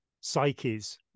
psyches